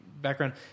background